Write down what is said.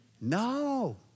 No